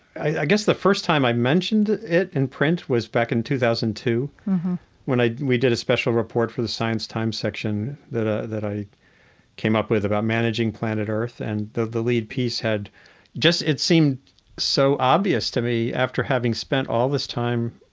i guess the first time i mentioned it in print was back in two thousand and two when we did a special report for the science times section that ah that i came up with about managing planet earth. and the the lead piece had just it seemed so obvious to me after having spent all this time,